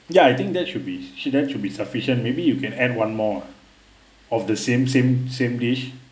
ya I think that should be that should be sufficient maybe you can add one more of the same same same dish